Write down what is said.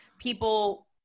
people